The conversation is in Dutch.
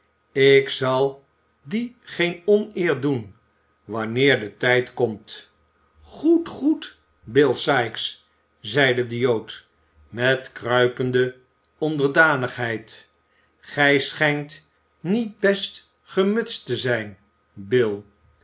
ik zal dien geen oneer doen wanneer de tijd komt goed goed bill sikes zeide de jood met kruipende onderdanigheid gij schijnt niet best gemutst te zijn bill